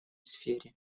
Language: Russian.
сфере